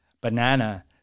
Banana